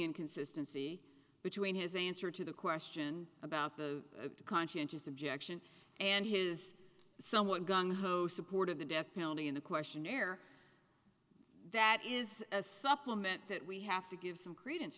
inconsistency between his answer to the question about the conscientious objection and his somewhat gung ho support of the death penalty in the questionnaire that is a supplement that we have to give some credence